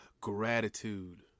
gratitude